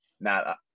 now